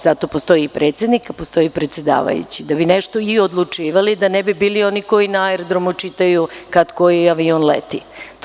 Zato postoji i predsednik, a postoji i predsedavajući, da bi nešto i odlučivali, da ne bi bili oni koji na aerodromu čitaju kada koji avion leti.